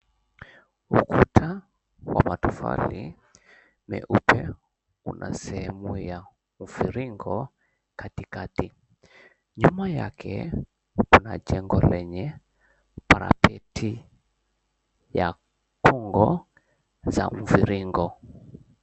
Ukuta wa matofali meupe una sehemu ya mviringo katikati, nyuma yake kuna jengo lenye bracket ya umbo wa mviringo.